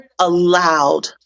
allowed